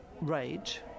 rage